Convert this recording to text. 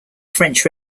french